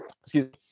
excuse